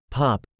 pop